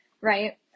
right